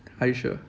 are you sure